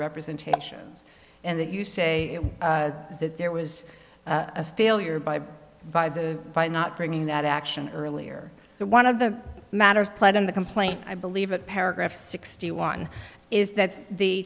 representations and that you say that there was a failure by by the by not bringing that action earlier but one of the matters played in the complaint i believe at paragraph sixty one is that the